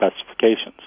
specifications